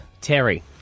Terry